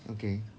okay